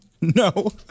No